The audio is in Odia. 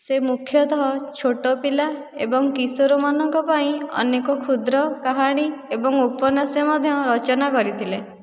ସେ ମୁଖ୍ୟତଃ ଛୋଟ ପିଲା ଏବଂ କିଶୋରମାନଙ୍କ ପାଇଁ ଅନେକ କ୍ଷୁଦ୍ର କାହାଣୀ ଏବଂ ଉପନ୍ୟାସ ମଧ୍ୟ ରଚନା କରିଥିଲେ